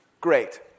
great